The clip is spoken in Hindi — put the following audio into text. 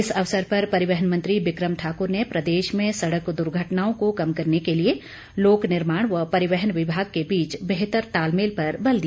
इस अवसर पर परिवहन मंत्री बिक्रम ठाक्र ने प्रदेश में सड़क द्र्घटनाओं को कम करने के लिए लोक निर्माण व परिवहन विभाग के बीच बेहतर तालमेल पर बल दिया